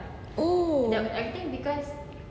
oh